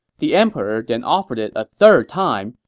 the emperor then offered it a third time,